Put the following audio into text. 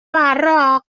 براق